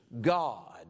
God